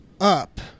up